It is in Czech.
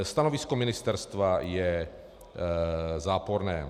Stanovisko ministerstva je záporné.